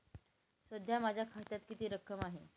सध्या माझ्या खात्यात किती रक्कम आहे?